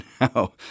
now